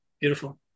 Beautiful